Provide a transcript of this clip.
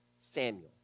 Samuel